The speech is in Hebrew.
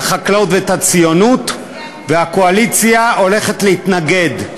כבוד היושבת-ראש, כנסת נכבדה,